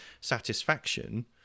satisfaction